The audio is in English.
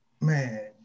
man